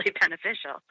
beneficial